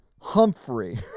Humphrey